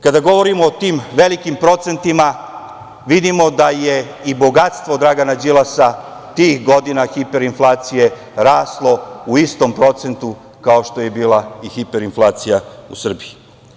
Kada govorimo o tim velikim procentima, vidimo da je i bogatstvo Dragana Đilasa tih godina hiperinflacije raslo u istom procentu kao što je i bila hiperinflacija u Srbiji.